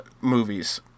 Movies